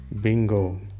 bingo